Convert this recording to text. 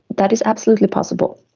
that is absolutely possible.